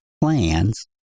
plans